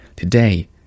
Today